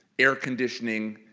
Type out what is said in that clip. air conditioning,